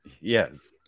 Yes